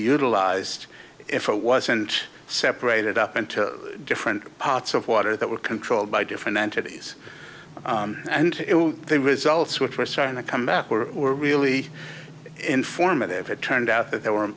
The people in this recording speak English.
utilized if it wasn't separated up into different parts of water that were controlled by different entities and they results which were starting to come back or were really informative it turned out that they were